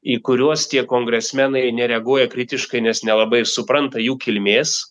į kuriuos tie kongresmenai nereaguoja kritiškai nes nelabai supranta jų kilmės